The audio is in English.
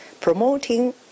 promoting